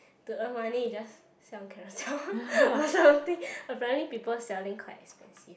to earn money you just sell on Carousell or something apparently people selling quite expensive